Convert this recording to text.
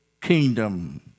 kingdom